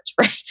right